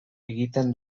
egiten